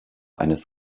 eines